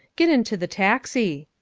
get into the taxi.